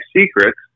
secrets